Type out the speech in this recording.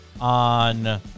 on